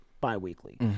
bi-weekly